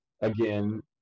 Again